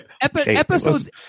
Episodes